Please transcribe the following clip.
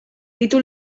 ditu